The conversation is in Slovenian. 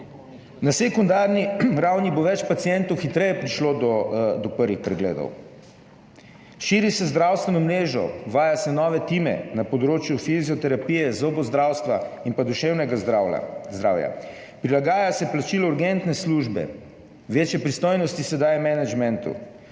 Na sekundarni ravni bo več pacientov hitreje prišlo do prvih pregledov, širi se zdravstveno mrežo, uvaja se nove time na področju fizioterapije, zobozdravstva in duševnega zdravja. Prilagaja se plačilu urgentne službe, večje pristojnosti se daje menedžmentu.